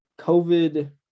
COVID